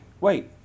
wait